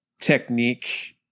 technique